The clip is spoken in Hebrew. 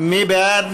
מי בעד?